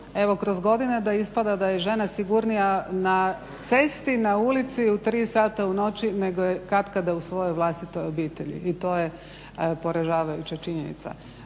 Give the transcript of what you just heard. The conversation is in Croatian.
kroz godine da ispada da je žena sigurnija na cesti, na ulici, u tri sata u noći nego je katkada u svojoj vlastitoj obitelji i to je poražavajuća činjenica.